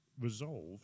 resolve